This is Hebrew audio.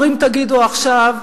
אומרים: תגידו עכשיו,